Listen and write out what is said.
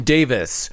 Davis